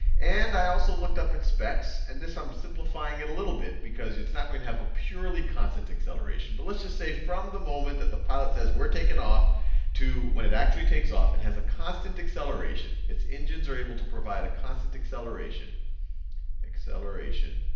and i also looked up its specs, and this, i'm simplifying a little bit, because it's not going to have a purely constant acceleration. but let's just say from the moment that the pilot says we're taking off to when it actually takes off it has a constant acceleration. acceleration. its engines are able to provide a constant acceleration acceleration